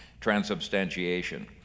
transubstantiation